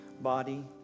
body